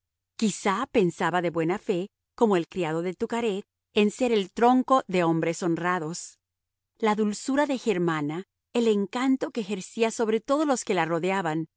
quizá pensaba de buena fe como el criado de tucaret en ser el tronco de hombres honrados la dulzura de germana el encanto que ejercía sobre todos los que la rodeaban